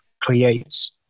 creates